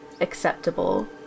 acceptable